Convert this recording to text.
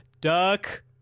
duck